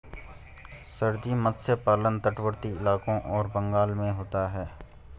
sir ji मत्स्य पालन तटवर्ती इलाकों और बंगाल में होता है